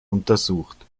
untersucht